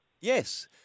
Yes